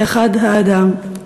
כאחד האדם."